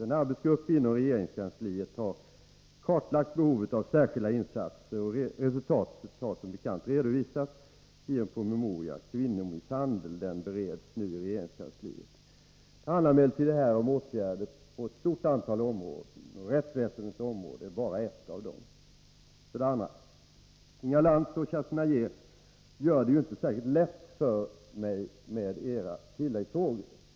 En arbetsgrupp inom regeringskansliet har kartlagt behovet av särskilda insatser, och resultatet har som bekant redovisats i en promemoria, Kvinnomisshandel. Den bereds nu i regeringskansliet. Det handlar emellertid här om åtgärder på ett stort antal områden, och rättsväsendets område är bara ett av dem. För det andra vill jag säga att Inga Lantz och Kerstin Anér inte gör det särskilt lätt för mig med sina tilläggsfrågor.